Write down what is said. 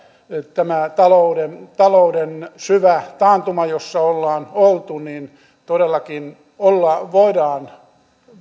tämä talouden talouden syvä taantuma jossa ollaan oltu todellakin voidaan